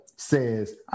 Says